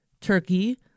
Turkey